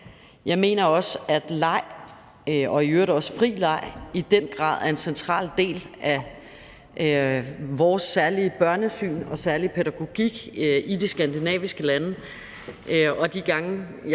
Jeg mener også, at leg – og i øvrigt også fri leg – i den grad er en central del af vores særlige børnesyn og særlige pædagogik i de skandinaviske lande.